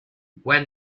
when